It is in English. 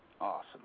awesome